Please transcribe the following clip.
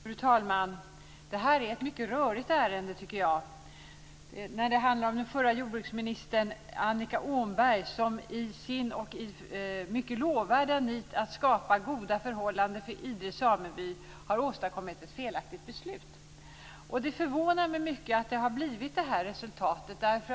Fru talman! Detta är ett mycket rörigt ärende. Det handlar om att förre jordbruksminister Annika Åhnberg i sitt mycket lovvärda nit att skapa goda förhållanden för Idre sameby har åstadkommit ett felaktigt beslut. Det förvånar mig mycket att det har blivit det resultatet.